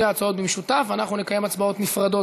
ההצעות במשותף ואנחנו נקיים הצבעות נפרדות,